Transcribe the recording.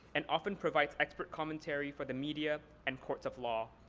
and often provides expert commentary for the media and courts of law.